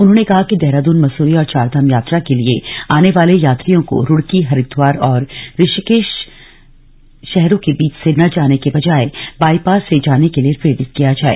उन्होंने कहा कि देहरादून मसूरी और चारधाम यात्रा के लिए आने वाले यात्रियों को रूड़की हरिद्वार और ऋषिकेश शहरों के बीच से न जाने के बजाय बाईपास से जाने के लिए प्रेरित किया जाय